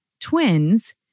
twins